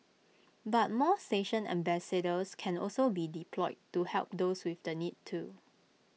but more station ambassadors can also be deployed to help those with the need too